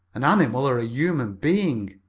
an animal or a human being?